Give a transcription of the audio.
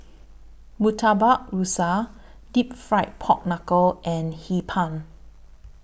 Murtabak Rusa Deep Fried Pork Knuckle and Hee Pan